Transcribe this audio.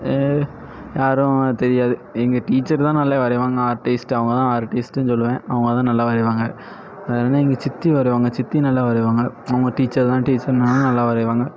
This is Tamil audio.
யாரும் தெரியாது எங்கே டீச்சர் தான் நல்லா வரைவாங்க ஆர்டிஸ்ட் அவங்க தான் ஆர்டிஸ்டுன்னு சொல்லுவேன் அவங்க தான் நல்லா வரைவாங்க வேறேன்னா எங்கள் சித்தி வரைவாங்க சித்தியும் நல்லா வரைவாங்க அவங்க டீச்சர் தான் டீச்சர்னாலே நல்லா வரைவாங்க